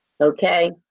Okay